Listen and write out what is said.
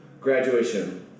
graduation